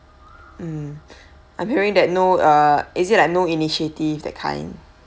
um I'm hearing that no uh is it like no initiative that kind